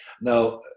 Now